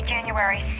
January